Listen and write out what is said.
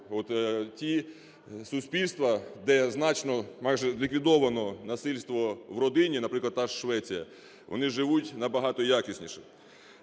ті суспільства, де значно, майже ліквідовано насильство в родині, наприклад, та ж Швеція, вони живуть набагато якісніше.